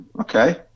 Okay